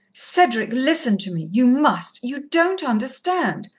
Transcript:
cedric listen to me. you must! you don't understand.